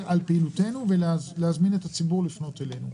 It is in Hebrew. על פעילותנו ולהזמין את הציבור לפנות אלינו.